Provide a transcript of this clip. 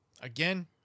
again